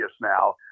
now